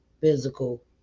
physical